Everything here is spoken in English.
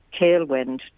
tailwind